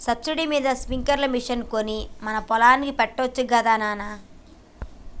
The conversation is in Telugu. సబ్సిడీ మీద స్ప్రింక్లర్ మిషన్ కొని మన పొలానికి పెట్టొచ్చు గదా నాన